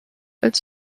als